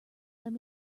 lend